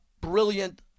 brilliant